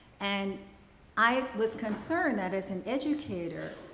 and i was concerned that, as an educator,